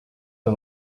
are